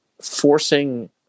forcing